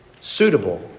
suitable